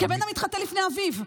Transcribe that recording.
כבן המתחטא לפני אביו.